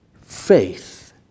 faith